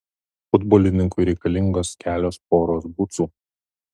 futbolininkui reikalingos kelios poros bucų